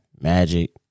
Magic